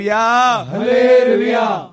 Hallelujah